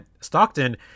Stockton